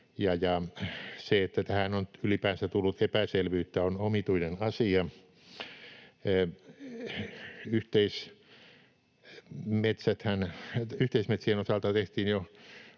se, että tähän on ylipäänsä tullut epäselvyyttä, on omituinen asia. Yhteismetsien osalta tehtiin jo